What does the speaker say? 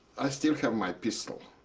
i still have my pistol.